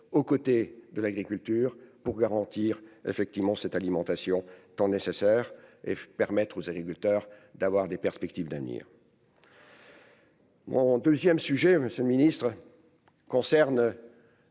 aux côtés de l'agriculture pour garantir effectivement cette alimentation, temps nécessaire et permettre aux agriculteurs d'avoir des perspectives d'avenir. En 2ème sujet : Monsieur le Ministre, concerne.